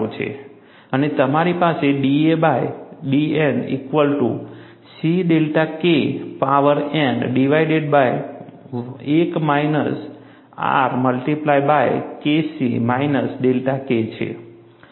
અને તમારી પાસે da by dN equal to C delta K power n divided by 1 minus R multiply by KC minus delta K છે